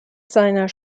seiner